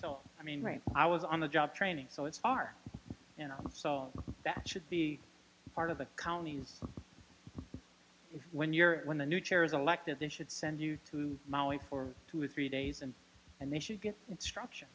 i mean right i was on the job training so it's our you know so that should be part of the county's when you're when the new chair is an elective they should send you to maui for two or three days and and they should get instructions